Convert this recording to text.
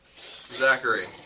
Zachary